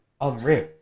unreal